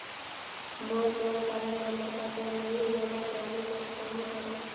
मोर PAN card number पता नहीं है, ओला जाने बर कौन करो?